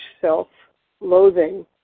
self-loathing